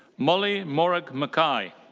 molly morag mckay.